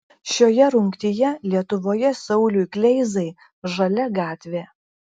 šioje rungtyje lietuvoje sauliui kleizai žalia gatvė